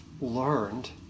learned